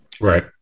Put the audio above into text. Right